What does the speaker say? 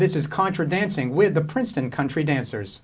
this is contra dancing with the princeton country dancers